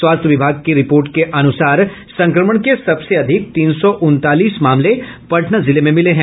स्वास्थ्य विभाग की रिपोर्ट के अनुसार संक्रमण के सबसे अधिक तीन सौ उनतालीस मामले पटना जिले में मिले हैं